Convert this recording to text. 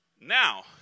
Now